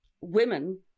women